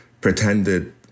pretended